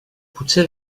potser